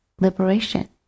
liberation